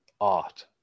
art